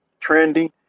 trendy